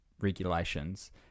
regulations